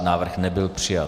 Návrh nebyl přijat.